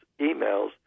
emails